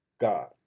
God